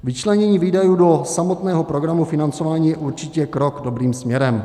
Vyčlenění výdajů do samotného programu financování je určitě krok dobrým směrem.